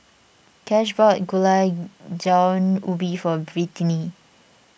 Cash bought Gulai Daun Ubi for Britni